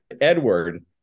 Edward